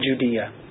Judea